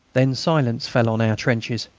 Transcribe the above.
then silence fell on our trenches,